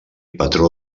patró